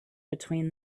between